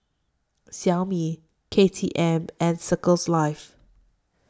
Xiaomi K T M and Circles Life